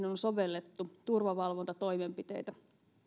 on sovellettu turvavalvontatoimenpiteitä